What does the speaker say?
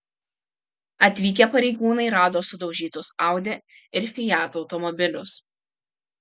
atvykę pareigūnai rado sudaužytus audi ir fiat automobilius